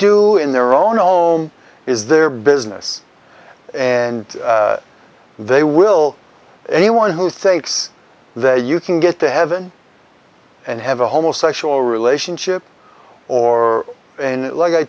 do in their own home is their business and they will anyone who thinks that you can get to heaven and have a homosexual relationship or in like i